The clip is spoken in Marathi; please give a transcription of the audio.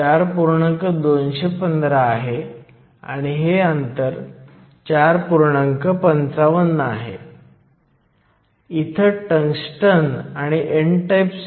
तर तुमच्याकडे 5 मायक्रो मीटर असलेला p क्षेत्र आहे आणि या 100 मायक्रो मीटरसह n क्षेत्र आहे